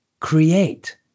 Create